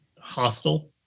hostile